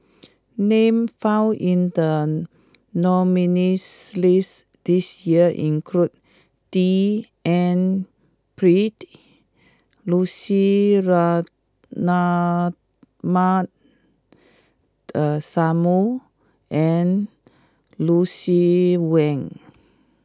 names found in the nominees' list this year include D N Pritt Lucy Ratnammah the Samuel and Lucien Wang